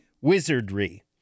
Wizardry